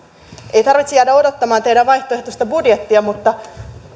ei tarvitse jäädä odottamaan teidän vaihtoehtoista budjettianne mutta